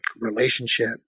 relationship